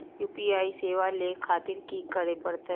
UPI सेवा ले खातिर की करे परते?